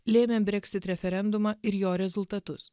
lėmė brexit referendumą ir jo rezultatus